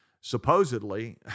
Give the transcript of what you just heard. Supposedly